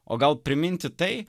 o gal priminti tai